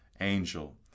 angel